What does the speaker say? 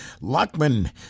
lockman